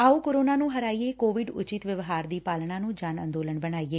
ਆਓ ਕੋਰੋਨਾ ਨੁੰ ਹਰਾਈਏਂ ਕੋਵਿਡ ਉਚਿੱਤ ਵਿਵਹਾਰ ਦੀ ਪਾਲਣਾ ਨੂੰ ਜਨ ਅੰਦੋਲਨ ਬਣਾਈਏ